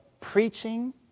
preaching